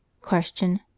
Question